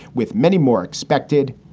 with many more expected.